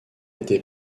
été